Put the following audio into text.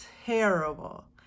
terrible